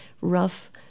rough